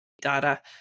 data